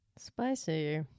Spicy